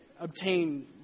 obtain